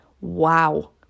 wow